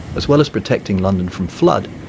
as well as protecting london from flood,